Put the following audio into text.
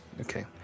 okay